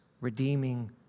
redeeming